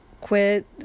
Quit